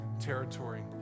territory